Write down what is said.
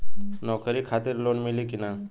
नौकरी खातिर लोन मिली की ना?